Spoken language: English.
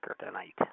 tonight